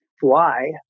fly